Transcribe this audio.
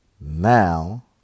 Now